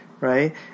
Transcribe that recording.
Right